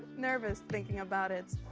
nervous thinking about it.